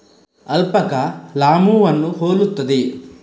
alpaca ಲಾಮೂವನ್ನು ಹೋಲುತ್ತದೆ